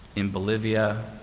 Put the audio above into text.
in bolivia,